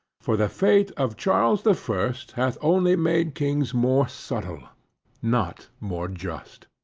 for the fate of charles the first, hath only made kings more subtle not more just.